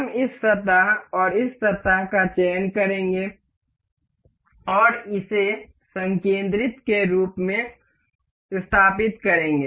हम इस सतह और इस सतह का चयन करेंगे और इसे संकिंद्रिक के रूप में स्थापित करेंगे